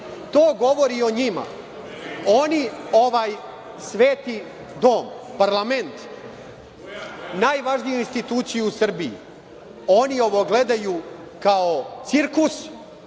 govori o njima. Oni ovaj sveti dom, parlament najvažniju instituciju u Srbiji gledaju kao cirkus